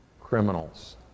criminals